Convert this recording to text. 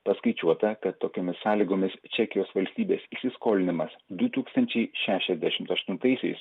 paskaičiuota kad tokiomis sąlygomis čekijos valstybės įsiskolinimas du tūkstančiai šešiasdešimt aštunataisiais